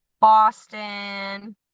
Boston